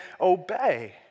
obey